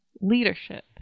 leadership